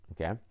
okay